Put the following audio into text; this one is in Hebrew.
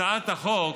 הצעת החוק